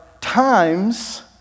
times